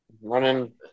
Running